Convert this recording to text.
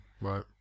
right